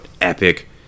epic